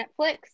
netflix